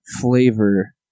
flavor